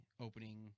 opening